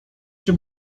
się